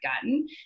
gotten